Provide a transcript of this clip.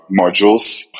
modules